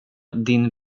din